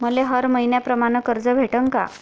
मले हर मईन्याप्रमाणं कर्ज भेटन का?